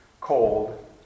cold